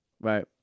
right